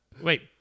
Wait